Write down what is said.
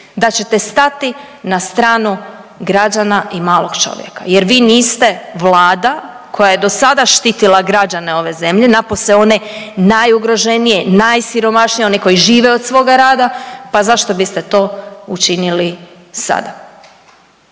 da ćete stati na stranu građana i malog čovjeka jer vi ste Vlada koja je do sada štitila građane ove zemlje, napose one najugroženije, najsiromašnije, oni koji žive od svoga rada, pa zašto biste to učinili sada?